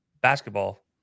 basketball